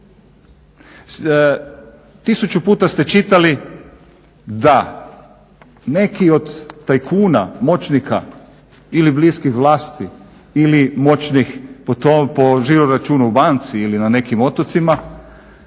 Tisuću puta ste čitali da neki od tajkuna moćnika ili bliskih vlasti ili moćnih po žiroračunu u banci ili na nekim otocima,